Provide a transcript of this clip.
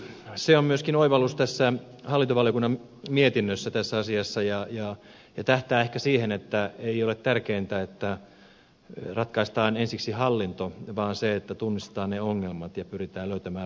se on myöskin oivallus hallintovaliokunnan mietinnössä tähän asiaan ja tähtää ehkä siihen että ei ole tärkeintä että ratkaistaan ensiksi hallinto vaan se että tunnistetaan ne ongelmat ja pyritään löytämään ratkaisuja niihin